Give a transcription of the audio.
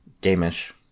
Game-ish